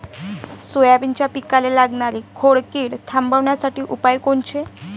सोयाबीनच्या पिकाले लागनारी खोड किड थांबवासाठी उपाय कोनचे?